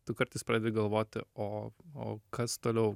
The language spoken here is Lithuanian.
tu kartais pradedi galvoti o o kas toliau